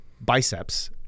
biceps